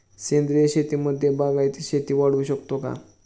सेंद्रिय शेतीमध्ये बागायती शेती वाढवू शकतो का?